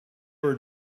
were